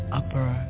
upper